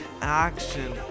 action